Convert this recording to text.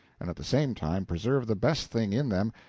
and at the same time preserve the best thing in them,